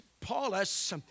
Paulus